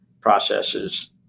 processes